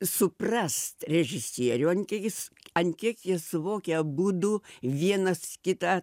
suprast režisierių ant kiek jis ant kiek jie suvokia abudu vienas kitą